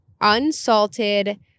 unsalted